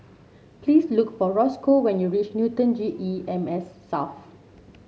please look for Roscoe when you reach Newton G E M S South